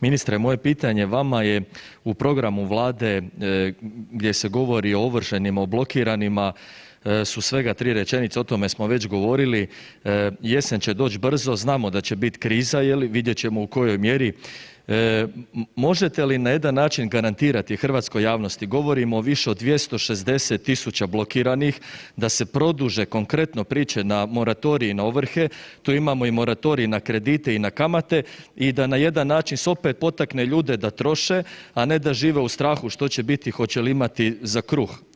Ministre, moje pitanje vama je u programu vlade gdje se govori o ovršenima, o blokiranima, su svega 3 rečenice, o tome smo već govorili, jesen će doć brzo, znamo da će bit kriza je li, vidjet ćemo u kojoj mjeri, možete li na jedan način garantirati hrvatskoj javnosti, govorimo više od 260 000 blokiranih, da se produže konkretno priče na moratorij na ovrhe, tu imamo i moratorij na kredite i na kamate i da na jedan način se opet potakne ljude da troše, a ne da žive u strahu što će biti, hoće li imati za kruh?